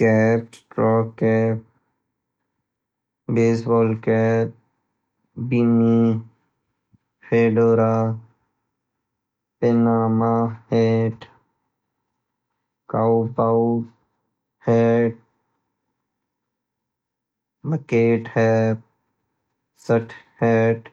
cap ,straw cap ,baseball cap, beanie, fedora, Panama cap ,काओपाओ cap ,सुत हैट